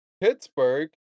Pittsburgh